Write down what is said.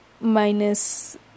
minus